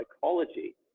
psychology